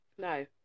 No